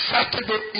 Saturday